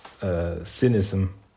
cynicism